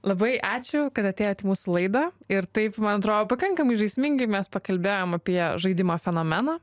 labai ačiū kad atėjot į mūsų laidą ir taip man atrodo pakankamai žaismingai mes pakalbėjom apie žaidimo fenomeną